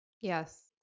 Yes